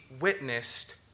witnessed